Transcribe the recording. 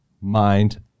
mind